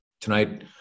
tonight